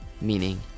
meaning